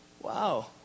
Wow